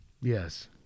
Yes